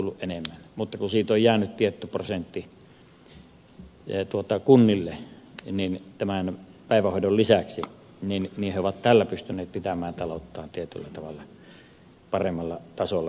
mutta kun siitä on jäänyt tietty prosentti kunnille tämän päivähoidon lisäksi niin he ovat tällä pystyneet pitämään talouttaan tietyllä tavalla paremmalla tasolla